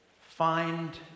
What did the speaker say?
Find